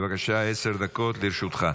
בבקשה, עשר דקות לרשותך.